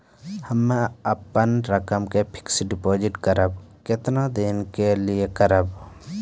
हम्मे अपन रकम के फिक्स्ड डिपोजिट करबऽ केतना दिन के लिए करबऽ?